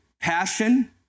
passion